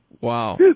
Wow